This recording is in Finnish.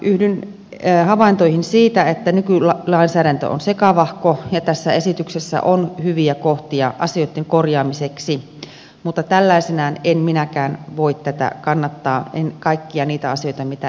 yhdyn havaintoihin siitä että nykylainsäädäntö on sekavahko ja tässä esityksessä on hyviä kohtia asioitten korjaamiseksi mutta tällaisenaan en minäkään voi tätä kannattaa en kaikkia niitä asioita mitä esiin on tuotu